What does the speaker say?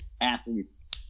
Athletes